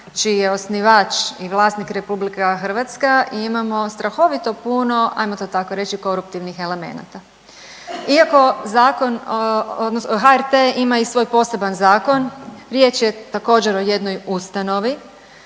čiji je osnivač i vlasnik RH imamo strahovito puno ajmo to tako reći koruptivnih elemenata. Iako zakon odnosno HRT ima i svoj poseban zakon riječ je također o jednoj ustanovi,